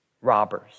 robbers